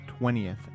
20th